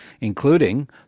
including